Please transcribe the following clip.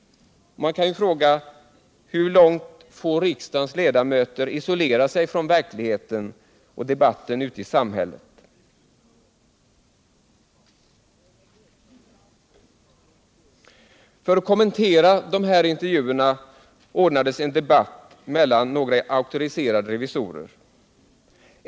Man kan fråga: Hur långt får riksdagens ledamöter isolera sig från verkligheten och debatten ute i samhället? För att kommentera de här intervjuerna ordnades en debatt mellan några auktoriserade revisorer.